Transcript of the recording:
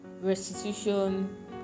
restitution